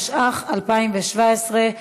התשע"ח 2017,